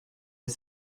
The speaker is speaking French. les